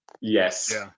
Yes